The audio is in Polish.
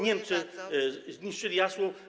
Niemcy zniszczyli Jasło.